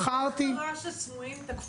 איך קרה שסמויים תקפו אותי במצעד הגאווה?